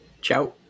Ciao